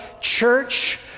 Church